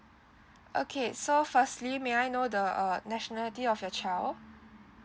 okay so firstly may I know the uh nationality of your child